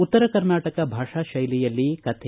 ಉತ್ತರ ಕರ್ನಾಟಕ ಭಾಷಾ ಶೈಲಿಯಲ್ಲಿ ಕಥೆ